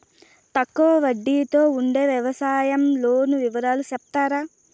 తక్కువ వడ్డీ తో ఉండే వ్యవసాయం లోను వివరాలు సెప్తారా?